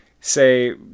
say